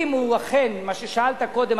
מה ששאלת קודם,